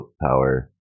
power